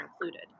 included